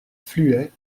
fluet